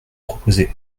proposé